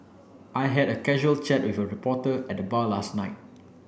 I had a casual chat with a reporter at the bar last night